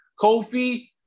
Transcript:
Kofi